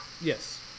Yes